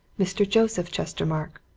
mr. joseph chestermarke.